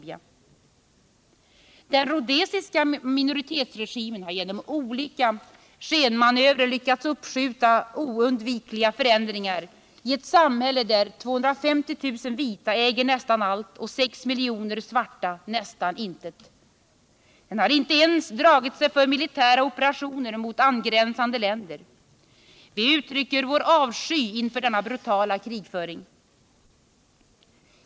Onsdagen den Den rhodesiska minoritetsregimen har genom olika skenmanövrer lyckats 15 mars 1978 uppskjuta oundvikliga förändringar i ett samhälle där 250 000 vita äger nästan allt och 6 miljoner svarta nästan intet. Den har inte ens dragit sig för militära operationer mot angränsande länder. Vi uttrycker vår avsky inför denna brutala krigföring.